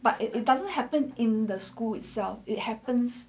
but it it doesn't happen in the school itself it happens